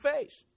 face